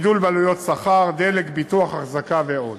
גידול בעלויות שכר, דלק, ביטוח, אחזקה ועוד.